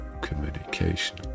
communication